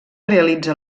realitza